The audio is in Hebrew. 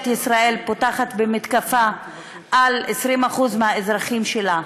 ישראל פותחת במתקפה על 20% מהאזרחים שלה.